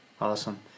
awesome